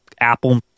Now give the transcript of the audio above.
apple